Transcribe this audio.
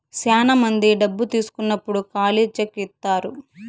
శ్యానా మంది డబ్బు తీసుకున్నప్పుడు ఖాళీ చెక్ ఇత్తారు